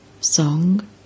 Song